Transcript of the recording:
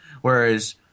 whereas